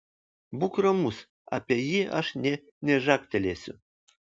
būk ramus apie jį aš nė nežagtelėsiu